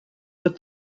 put